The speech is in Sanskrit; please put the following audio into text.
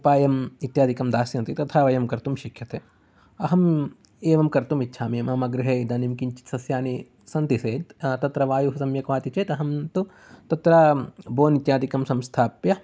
उपायं इत्याधिकं दास्यन्ति तथा वयं कर्तुं शक्यते अहं एवं कर्तुं इच्छामि मम गृहे इदानीं किञ्चित् सस्यानि सन्ति चेत् तत्र वायुः सम्यक् वाति चेत् अहं तु तत्र बोर्न् इत्याधिकं संस्थाप्य